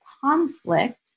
conflict